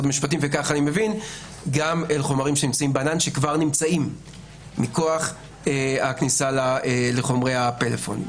המשפטים גם אל חומרים שכבר נמצאים בענן מכוח הכניסה לחומרי הפלאפון,